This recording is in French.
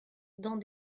dans